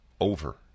over